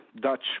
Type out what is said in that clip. Dutch